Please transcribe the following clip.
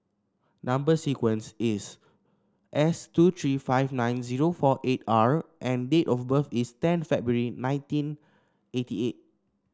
number sequence is S two three five nine zero four eight R and date of birth is ten February nineteen eighty eight